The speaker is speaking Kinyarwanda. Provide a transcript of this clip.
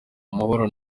amahoro